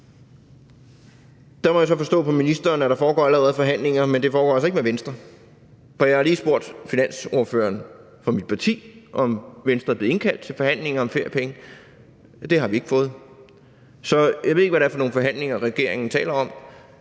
Der må jeg så forstå på ministeren, at der allerede foregår forhandlinger, men det foregår altså ikke med Venstre, for jeg har lige spurgt finansordføreren fra mit parti, om Venstre er blevet indkaldt til forhandlinger om feriepenge. Det er vi ikke blevet. Så jeg ved ikke, hvad det er for nogle forhandlinger, regeringen taler om.